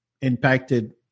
impacted